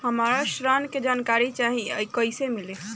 हमरा ऋण के जानकारी चाही कइसे मिली?